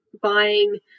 buying